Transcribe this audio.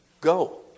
Go